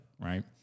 right